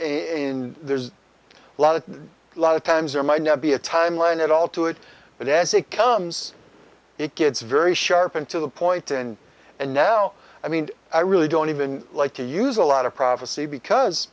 in there's a lot a lot of times there might not be a time line at all to it but as it comes it gets very sharp and to the point in and now i mean i really don't even like to use a lot of prophecy because